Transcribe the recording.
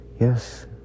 yes